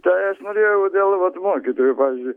tai aš norėjau dėl vat mokytojų pavyzdžiui